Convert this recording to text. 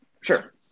Sure